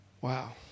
Wow